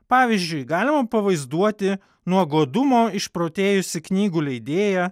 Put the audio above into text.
pavyzdžiui galima pavaizduoti nuo godumo išprotėjusį knygų leidėją